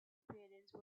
appearance